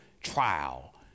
trial